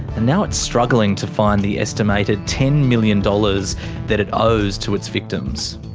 and now it's struggling to find the estimated ten million dollars that it owes to its victims.